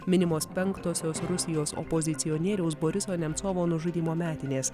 minimos penktosios rusijos opozicionieriaus boriso nemcovo nužudymo metinės